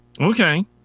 Okay